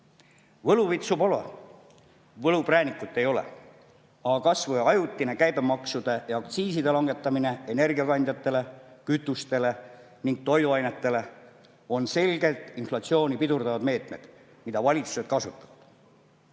Võluvitsa pole, võlupräänikut ei ole, aga kas või ajutine käibemaksu ja aktsiisi langetamine energiakandjatele, kütustele ja toiduainetele on selgelt inflatsiooni pidurdavad meetmed, mida valitsused kasutavad. Teiselt